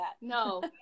No